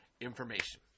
information